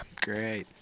Great